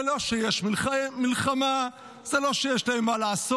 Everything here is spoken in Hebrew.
זה לא שיש מלחמה, זה לא שיש להם מה לעשות.